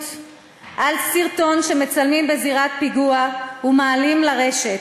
לסרטון שמצלמים בזירת פיגוע ומעלים לרשת.